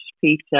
peter